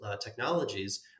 technologies